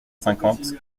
cinquante